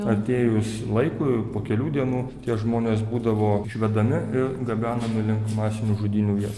atėjus laikui po kelių dienų tie žmonės būdavo išvedami ir gabenami link masinių žudynių vietų